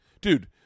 dude